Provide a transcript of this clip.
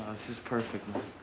this is perfect, man.